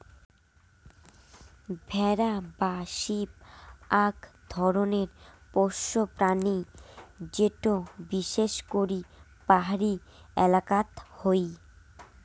ভেড়া বা শিপ আক ধরণের পোষ্য প্রাণী যেটো বিশেষ করি পাহাড়ি এলাকাত হই